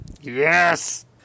Yes